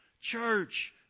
Church